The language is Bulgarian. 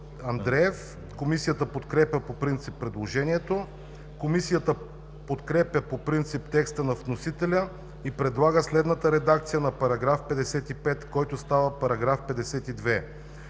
Андреев. Комисията подкрепя по принцип предложението. Комисията подкрепя по принцип текста на вносителя и предлага следната редакция на § 55, който става § 52: „§ 52.